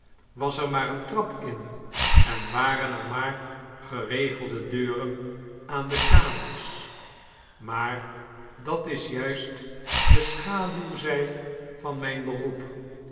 was er maar een trap dn en waren er maar geiegelde deurem aan alle kamers maar dat is juist de schaduwzij van anijn beroep